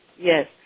Yes